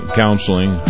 counseling